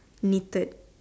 knitted